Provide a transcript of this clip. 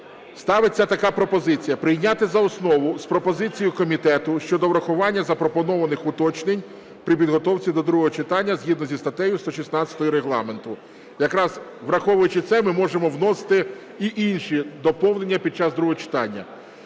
Ставиться така пропозиція – прийняти за основу з пропозицією комітету щодо врахування запропонованих уточнень при підготовці до другого читання згідно зі статтею 116 Регламенту. Якраз, враховуючи це, ми можемо вносити і інші доповнення під час другого читання.